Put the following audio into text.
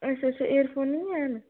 अच्छा अच्छा एयरफोन निं हैन